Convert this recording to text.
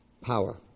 power